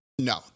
No